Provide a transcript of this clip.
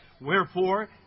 Wherefore